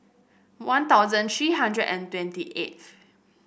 One Thousand three hundred and twenty eighth